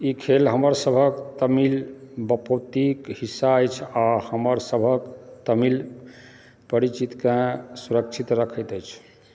ई खेल हमर सभक तमिल बपौतीके हिस्सा अछि आ हमर सभके तमिल परिचितकेँ सुरक्षित रखैत अछि